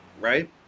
Right